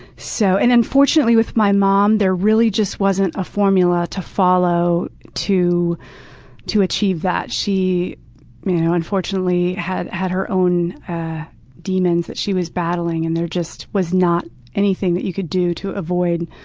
so and unfortunately with my mom, there really just wasn't a formula to follow to to achieve that. she you know unfortunately had had her own demons that she was battling, and there just was not anything that you could do to avoid